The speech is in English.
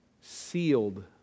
sealed